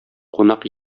кунак